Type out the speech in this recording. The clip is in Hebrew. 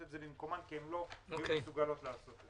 את זה במקומן כי הן לא היו מסוגלות לעשות את זה.